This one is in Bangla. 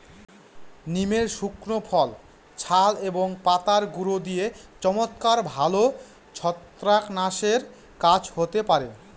নিমের শুকনো ফল, ছাল এবং পাতার গুঁড়ো দিয়ে চমৎকার ভালো ছত্রাকনাশকের কাজ হতে পারে